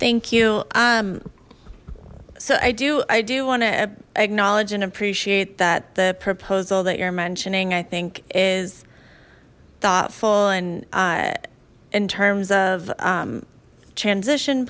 thank you um so i do i do want to acknowledge and appreciate that the proposal that you're mentioning i think is thoughtful and i in terms of transition